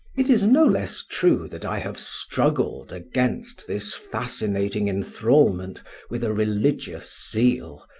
it is no less true that i have struggled against this fascinating enthralment with a religious zeal,